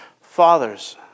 fathers